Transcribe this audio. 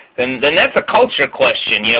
then then that's a culture question. yeah